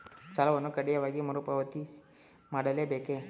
ಸಾಲವನ್ನು ಕಡ್ಡಾಯವಾಗಿ ಮರುಪಾವತಿ ಮಾಡಲೇ ಬೇಕೇ?